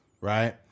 Right